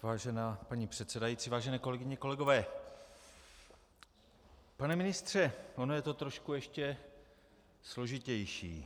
Vážená paní předsedající, vážené kolegyně, kolegové, pane ministře, ono je to trošku ještě složitější.